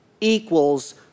equals